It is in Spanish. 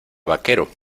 vaquero